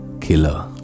killer